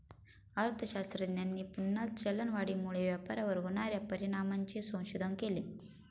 अर्थशास्त्रज्ञांनी पुन्हा चलनवाढीमुळे व्यापारावर होणार्या परिणामांचे संशोधन केले